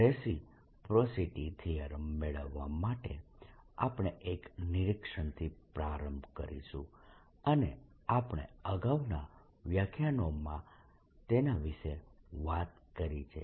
reciprocity theorem મેળવવા માટે આપણે એક નિરીક્ષણથી પ્રારંભ કરીશું અને આપણે અગાઉના વ્યાખ્યાનોમાં તેના વિશે વાત કરી છે